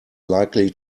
likely